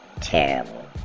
terrible